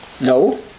No